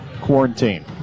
quarantine